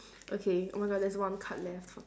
okay oh my god there's one card left